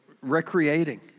recreating